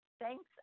Thanks